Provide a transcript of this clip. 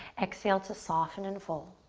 exhale to soften and fold.